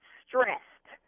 stressed